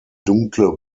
dunkle